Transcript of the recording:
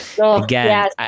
Again